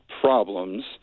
problems